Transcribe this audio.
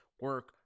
Work